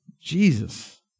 Jesus